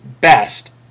best